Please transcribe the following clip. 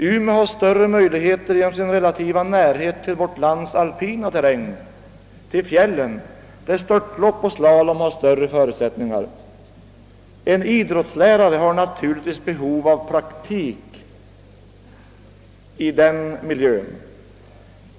Umeå erbjuder större möjligheter genom sin relativa närhet till vårt lands alpina terräng — till fjällen, där störtlopp och slalom har bättre förutsättningar. En idrottslärare har behov av praktik även i sådan miljö.